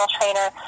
trainer